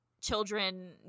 children